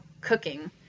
cooking